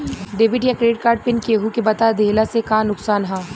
Debit या credit card PIN केहूके बता दिहला से का नुकसान ह?